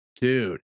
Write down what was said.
dude